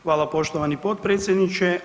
Hvala, poštovani potpredsjedniče.